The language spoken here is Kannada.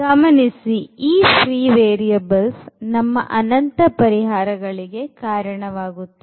ಗಮನಿಸಿ ಈ free variables ನಮ್ಮ ಅನಂತ ಪರಿಹಾರಗಳಿಗೆ ಕಾರಣವಾಗುತ್ತದೆ